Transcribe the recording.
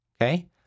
okay